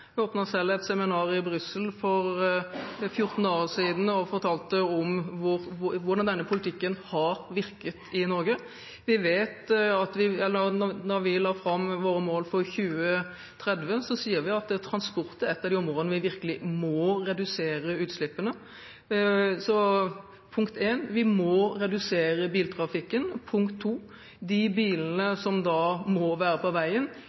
Jeg åpnet selv et seminar i Brussel for 14 dager siden og fortalte da om hvordan denne politikken har virket i Norge. Da vi la fram våre mål for 2030, så sa vi at transport er et av de områdene der vi virkelig må redusere utslippene. Så – punkt én – vi må redusere biltrafikken, og – punkt to – de bilene som må være på veien,